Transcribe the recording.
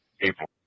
April